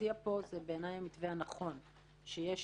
מציע פה הוא המתווה הנכון בעיני - שיש